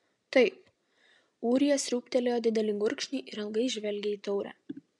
taip ūrija sriūbtelėjo didelį gurkšnį ir ilgai žvelgė į taurę